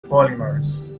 polymers